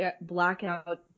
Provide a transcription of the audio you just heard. blackout